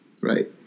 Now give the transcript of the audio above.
right